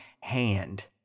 hand